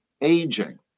aging